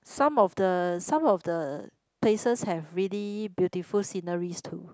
some of the some of the places have really beautiful sceneries too